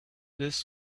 this